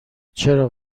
چرا